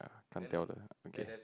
can't tell the okay